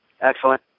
Excellent